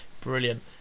Brilliant